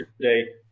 today